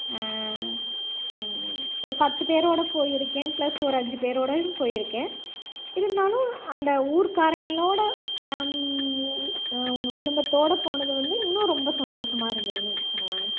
ஒரு பத்து பேரோட போய் இருக்கேன் ப்ளஸ் ஒரு அஞ்சு பேரோடையும் போய் இருக்கேன் இருந்தாலும் அந்த ஊர்க்காரங்களோட ஃபேம் குடும்பத்தோட போனது வந்து இன்னும் ரொம்ப சந்தோஷமாக இருந்துதுன்னு வச்சுக்கோங்களேன்